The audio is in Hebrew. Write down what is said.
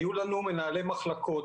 היו לנו מנהלי מחלקות,